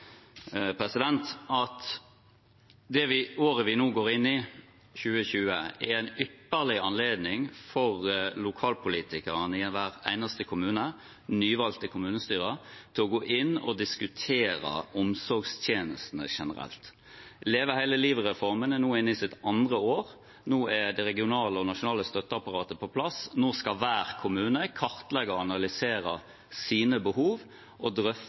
at det året vi nå går inn i, 2020, er en ypperlig anledning for lokalpolitikerne i hver eneste kommune, nyvalgte kommunestyrer, til å gå inn og diskutere omsorgstjenestene generelt. Leve hele livet-reformen er nå inne i sitt andre år. Nå er det regionale og nasjonale støtteapparatet på plass. Nå skal hver kommune kartlegge og analysere sine behov og